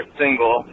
single